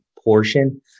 portion